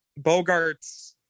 Bogarts